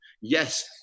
Yes